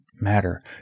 matter